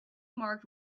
marked